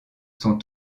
sont